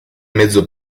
mezzo